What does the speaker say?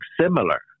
similar